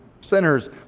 sinners